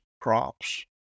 crops